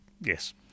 Yes